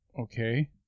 Okay